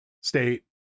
state